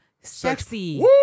sexy